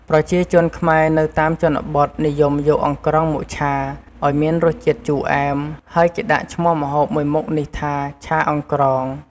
ប្រជាជនខ្មែរនៅតាមជនបទនិយមយកអង្រ្កងមកឆា ឱ្យមានរសជាតិជូរអែម ហើយគេដាក់ឈ្មោះម្ហូបមួយមុខនេះថា ឆាអង្រ្កង។